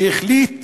שהחליט